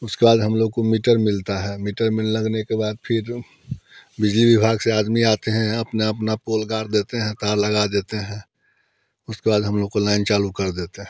उसके बाद हम लोग को मीटर मिलता है मीटर में लगने के बाद फिर बिजली विभाग से आदमी आते हैं अपने अपना पोल गाड़ देते हैं तार लगा देते हैं उसके बाद हम लोग को लाइन चालू कर देते हैं